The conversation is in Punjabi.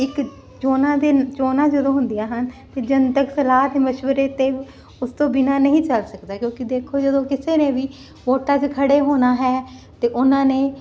ਇੱਕ ਚੋਣਾ ਦੇ ਚੋਣਾਂ ਜਦੋਂ ਹੁੰਦੀਆਂ ਹਨ ਤੇ ਜਨਤਕ ਸਲਾਹ ਤੇ ਮਸ਼ਵਰੇ ਤੇ ਉਸ ਤੋਂ ਬਿਨਾਂ ਨਹੀਂ ਚੱਲ ਸਕਦਾ ਕਿਉਂਕਿ ਦੇਖੋ ਜਦੋਂ ਕਿਸੇ ਨੇ ਵੀ ਵੋਟਾਂ ਚ ਖੜੇ ਹੋਣਾ ਹੈ ਤੇ ਉਹਨਾਂ ਨੇ